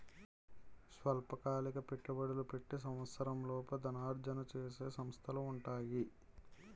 స్వల్పకాలిక పెట్టుబడులు పెట్టి సంవత్సరంలోపు ధనార్జన చేసే సంస్థలు ఉంటాయి